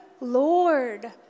Lord